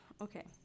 okay